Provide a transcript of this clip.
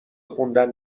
خوندن